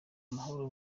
amahoro